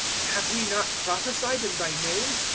have we not prophesied in thy name,